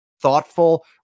thoughtful